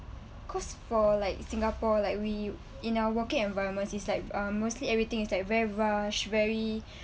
cause for like singapore like we in our working environment is like uh mostly everything is like very rush very